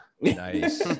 Nice